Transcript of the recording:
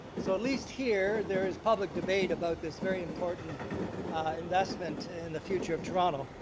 so at least here there's public debate about this very important investment in the future of toronto.